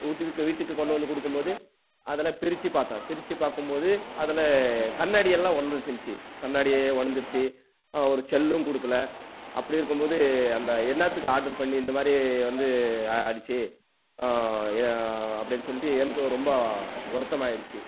வீட்டுக்கு வீட்டுக்கு கொண்டு வந்து கொடுக்கும் போது அதில் பிரித்து பார்த்தேன் பிரித்து பார்க்கும் போது அதில் கண்ணாடி எல்லாம் உடைஞ்சின்ச்சு கண்ணாடி உடைஞ்சிருச்சு ஒரு செல்லும் கொடுக்கல அப்படி இருக்கும் போது அந்த என்னாத்துக்கு ஆர்டர் பண்ணி இந்தமாதிரி வந்து ஆகிடுச்சி அப்படினு சொல்லிட்டு எனக்கு ரொம்ப வருத்தமாகிடுச்சி